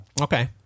Okay